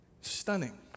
stunning